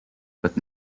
but